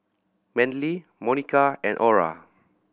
Manly Monica and Ora